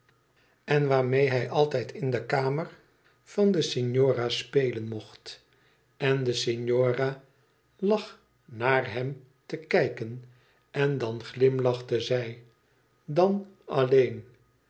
het regende altijd in de kamer van de signora spelen en de signora lag naar hem te kijken en dan glimlachte zij dan alleen